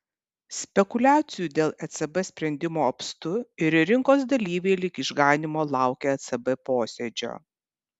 spekuliacijų dėl ecb sprendimo apstu ir rinkos dalyviai lyg išganymo laukia ecb posėdžio